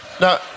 Now